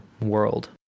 world